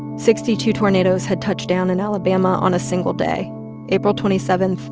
sixty two tornadoes had touched down in alabama on a single day april twenty seven,